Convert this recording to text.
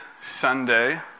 Sunday